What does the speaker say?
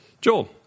Joel